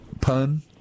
Pun